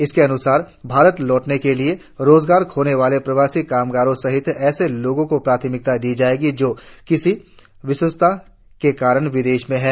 इसके अन्सार भारत लौटने के लिए रोजगार खोने वाले प्रवासी कामगारों सहित ऐसे लोगों को प्राथमिकता दी जायेगी जो किसी विवशता के कारण विदेश में हैं